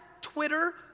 Twitter